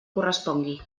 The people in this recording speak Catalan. correspongui